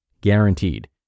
guaranteed